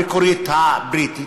המקורית הבריטית.